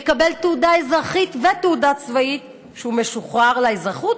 מקבל תעודה אזרחית ותעודה צבאית כשהוא משוחרר לאזרחות.